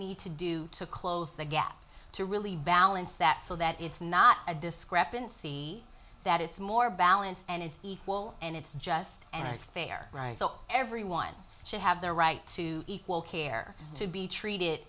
need to do to close the gap to really balance that so that it's not a discrepancy that it's more balanced and it's equal and it's just an affair right so everyone should have the right to equal care to be treated